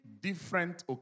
different